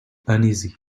uneasy